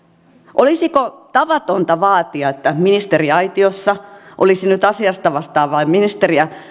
olisiko tavatonta vaatia että ministeriaitiossa olisi nyt asiasta vastaava ministeri